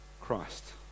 Christ